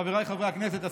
חבריי חברי הכנסת,